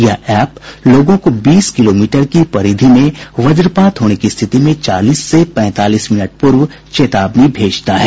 यह एप्प लोगों को बीस किलोमीटर की परिधि में वज्रपात होने की स्थिति में चालीस से पैंतालीस मिनट पूर्व चेतावनी भेजता है